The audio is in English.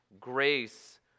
grace